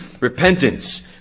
repentance